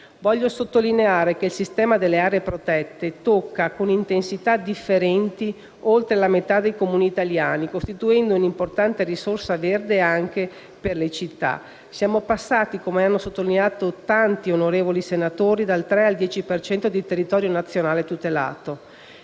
Voglio sottolineare che il sistema delle aree protette tocca, con intensità differenti, oltre la metà dei Comuni italiani, costituendo un'importante risorsa verde anche per le città. Siamo passati, come hanno sottolineato tanti onorevoli senatori, dal 3 al 10 per cento di territorio nazionale tutelato.